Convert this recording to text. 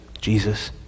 Jesus